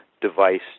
device